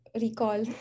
recall